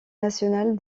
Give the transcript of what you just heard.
nationale